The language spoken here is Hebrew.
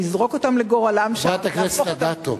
לזרוק אותם לגורלם, חברת הכנסת אדטו.